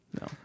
no